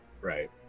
right